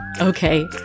Okay